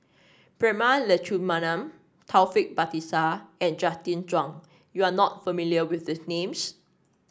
Prema Letchumanan Taufik Batisah and Justin Zhuang you are not familiar with these names